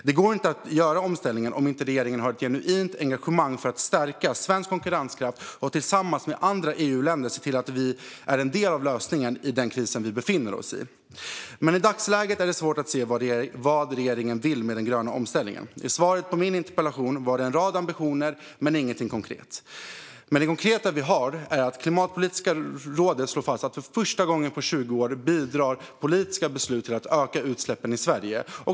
Det går inte att göra omställningen om inte regeringen har ett genuint engagemang för att stärka svensk konkurrenskraft och tillsammans med andra EU-länder ser till att vi är en del av lösningen i den kris vi befinner oss i. Men i dagsläget är det svårt att se vad regeringen vill med den gröna omställningen. I svaret på min interpellation var det en rad ambitioner men ingenting konkret. Det konkreta vi har är att Klimatpolitiska rådet slår fast att för första gången på 20 år bidrar politiska beslut till att öka utsläppen i Sverige.